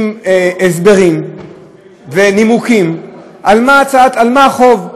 עם הסברים ונימוקים, על מה החוב,